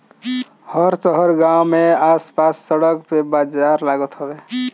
हर शहर गांव में आस पास सड़क पे बाजार लागत हवे